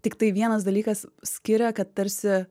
tiktai vienas dalykas skiria kad tarsi